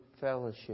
fellowship